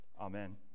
Amen